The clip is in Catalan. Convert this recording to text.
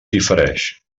difereix